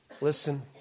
Listen